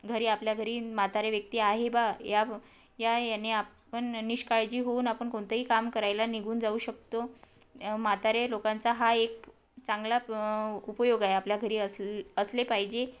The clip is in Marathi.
घरी आपल्या घरी म्हातारे व्यक्ती आहे बा या याने आपण निष्काळजी होऊन आपण कोणतंही काम करायला निघून जाऊ शकतो म्हातारे लोकांचा हा एक चांगला उपयोग आहे आपल्या घरी अस असले पाहिजे